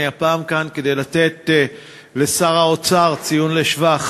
אני הפעם כאן כדי לתת לשר האוצר ציון לשבח.